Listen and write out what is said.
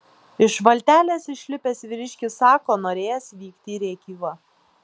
iš valtelės išlipęs vyriškis sako norėjęs vykti į rėkyvą